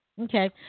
Okay